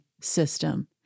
system